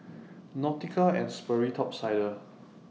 Nautica and Sperry Top Sider